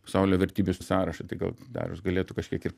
pasaulio vertybių sąrašą tai gal darius galėtų kažkiek ir